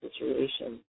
situation